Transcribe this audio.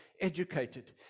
educated